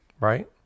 right